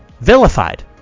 vilified